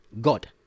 God